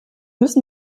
müssen